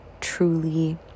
truly